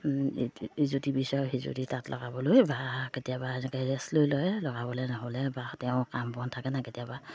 ইজুতি বিচাৰে সিজুতি তাত লগাবলৈ বা কেতিয়াবা এনেকৈ ৰেষ্ট লৈ লৈ লগাবলৈ নহ'লে বা তেওঁ কাম বন থাকে না কেতিয়াবা